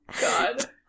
God